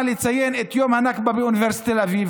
לציין את יום הנכבה באוניברסיטת תל אביב,